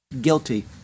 Guilty